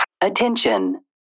Attention